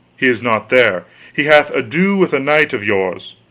he is not there he hath ado with a knight of yours,